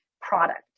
product